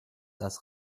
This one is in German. das